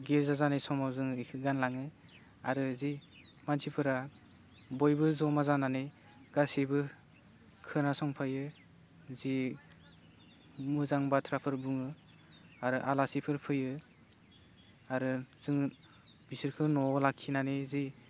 गेरजा जानाय समाव जों ओरैखौ गालाङो आरो जि मानसिफोरा बयबो ज'मा जानानै गासिबो खोनासंफैयो जि मोजां बाथ्राफोर बुङो आरो आलासिफोर फैयो आरो जोङो बिसोरखौ न'आव लाखिनानै जि